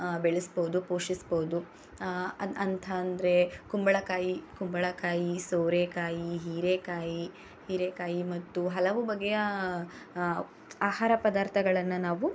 ಬೆಳೆಸಬಹುದು ಪೋಷಿಸಬಹುದು ಅಂ ಅಂತ ಅಂದರೆ ಕುಂಬಳಕಾಯಿ ಕುಂಬಳಕಾಯಿ ಸೋರೆಕಾಯಿ ಹೀರೆಕಾಯಿ ಹೀರೆಕಾಯಿ ಮತ್ತು ಹಲವು ಬಗೆಯ ಆಹಾರ ಪದಾರ್ಥಗಳನ್ನು ನಾವು